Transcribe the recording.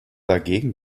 dagegen